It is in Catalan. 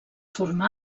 formà